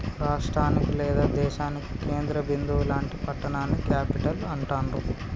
రాష్టానికి లేదా దేశానికి కేంద్ర బిందువు లాంటి పట్టణాన్ని క్యేపిటల్ అంటాండ్రు